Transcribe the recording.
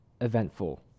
eventful